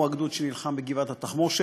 הוא הגדוד שנלחם בגבעת-התחמושת.